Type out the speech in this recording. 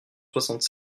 soixante